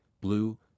blue